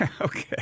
okay